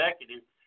executive